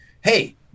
hey